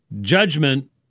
Judgment